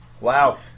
Wow